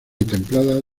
templadas